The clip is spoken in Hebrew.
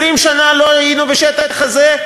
20 שנה לא היינו בשטח הזה,